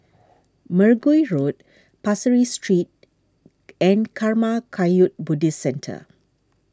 Mergui Road Pasir Ris Street and Karma Kagyud Buddhist Centre